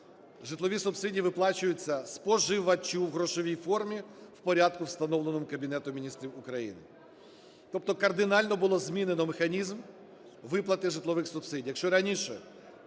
житлові субсидії виплачуються споживачу в грошовій формі в порядку, встановленому Кабінетом Міністрів України. Тобто кардинально було змінено механізм виплати житлових субсидій.